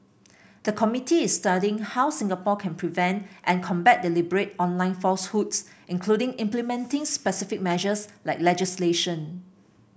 the committee is studying how Singapore can prevent and combat deliberate online falsehoods including implementing specific measures like legislation